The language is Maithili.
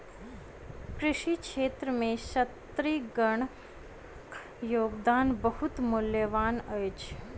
कृषि क्षेत्र में स्त्रीगणक योगदान बहुत मूल्यवान अछि